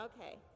Okay